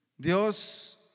Dios